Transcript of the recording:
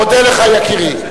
מודה לך, יקירי.